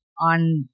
on